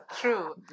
true